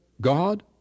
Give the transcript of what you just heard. God